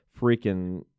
freaking –